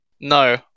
no